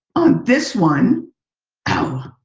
this one oh,